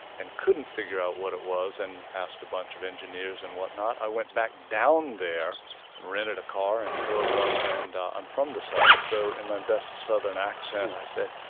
and couldn't figure out what it was, and asked a bunch of engineers and whatnot, i went back down there and rented a car and drove up. i'm from the south, so in my best southern accent, i said,